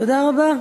תודה רבה.